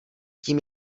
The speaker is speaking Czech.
tím